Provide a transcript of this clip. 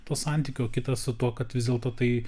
to santykio o kitas su tuo kad vis dėlto tai